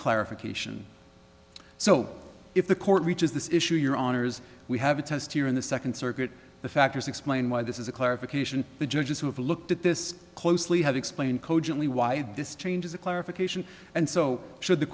clarification so if the court reaches this issue your honour's we have a test here in the second circuit the factors explain why this is a clarification the judges who have looked at this closely have explained cogently why this change is a clarification and so should the